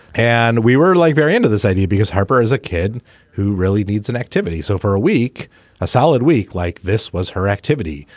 and we were like very end of this idea because harper is a kid who really needs an activities over a week a solid week like this was her activity.